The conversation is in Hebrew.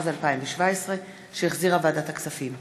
התשע"ז 2017, שהחזירה ועדת הכספים.